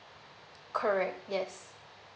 correct yes